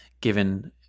given